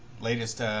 latest –